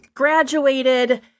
graduated